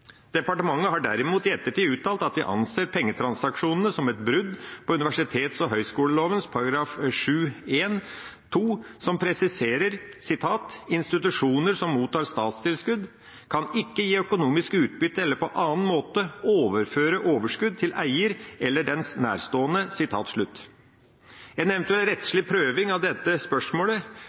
Departementet har i ettertid uttalt at de anser pengetransaksjonene som et brudd på universitets- og høyskoleloven § 7-1 , som presiserer: «Institusjoner som mottar statstilskudd, kan ikke gi økonomisk utbytte eller på annen måte overføre overskudd til eier eller til dens nærstående.» En eventuell rettslig prøving av dette spørsmålet,